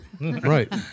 right